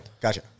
Gotcha